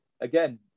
Again